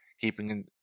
keeping